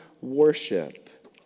worship